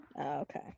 Okay